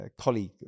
colleague